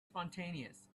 spontaneous